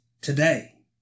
today